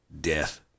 death